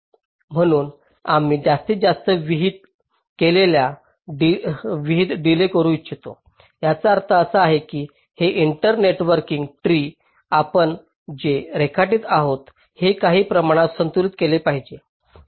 म्हणून आम्ही जास्तीत जास्त विहिर डिलेज करू इच्छितो याचा अर्थ असा की हे इंटरनेटवर्क ट्री आपण जे रेखाटत आहोत हे काही प्रमाणात संतुलित केले पाहिजे